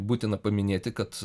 būtina paminėti kad